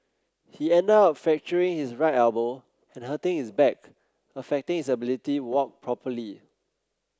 he ended up fracturing his right elbow and hurting his back affecting his ability walk properly